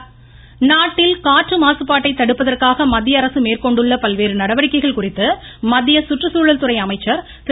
பிரகாஷ்ட ஜவ்டேகர் நாட்டில் காற்று மாசுபாட்டை தடுப்பதற்காக மத்தியஅரசு மேற்கொண்டுள்ள பல்வேறு நடவடிக்கைகள் குறித்து மத்திய குற்றுச்சூழல்துறை அமைச்சர் திரு